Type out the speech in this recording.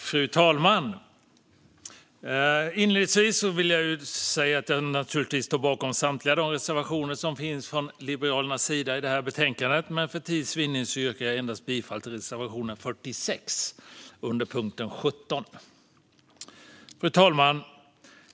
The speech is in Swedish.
Fru talman! Inledningsvis vill jag säga att jag naturligtvis står bakom samtliga reservationer från Liberalerna som finns i det här betänkandet, men för tids vinning yrkar jag bifall endast till reservation 46 under punkt 17. Fru talman!